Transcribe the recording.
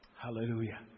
Hallelujah